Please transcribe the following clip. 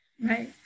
Right